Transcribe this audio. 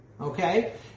Okay